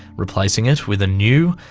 replacing it with a new,